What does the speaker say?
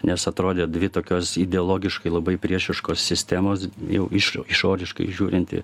nes atrodė dvi tokios ideologiškai labai priešiškos sistemos jau iš išoriškai žiūrinti